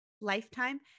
Lifetime